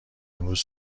امروز